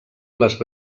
les